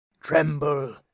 Tremble